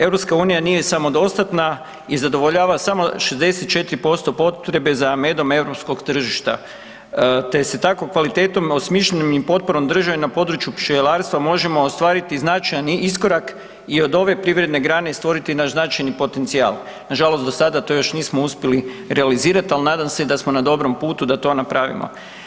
EU nije samodostatna i zadovoljava samo 64% potrebe za medom EU tržišta te se tako kvalitetom, osmišljenom i potporom države na području pčelarstva možemo ostvariti značajni iskorak i od ove prirodne grane stvoriti naš značajni potencijal, nažalost do sada to još nismo uspjeli realizirati, ali nadam se da smo na dobrom putu da to napravimo.